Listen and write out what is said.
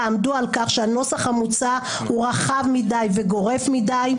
עמדו על כך שהנוסח המוצע הוא רחב מדי וגורף מדי.